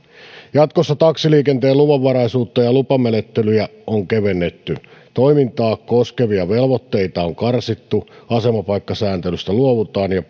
jatkossa taksiliikenteen luvanvaraisuutta ja lupamenettelyjä on kevennetty toimintaa koskevia velvoitteita on karsittu asemapaikkasääntelystä luovutaan ja